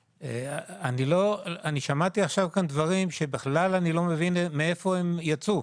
אני שמעתי כאן עכשיו דברים שאני בכלל לא מבין מאיפה עם יצאו.